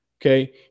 Okay